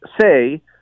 say